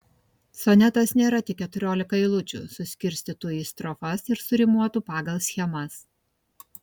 sonetas nėra tik keturiolika eilučių suskirstytų į strofas ir surimuotų pagal schemas